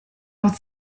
out